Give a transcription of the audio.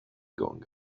going